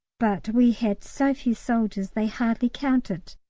but we had so few soldiers, they hardly counted!